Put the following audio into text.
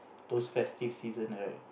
those festive season right